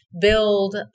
build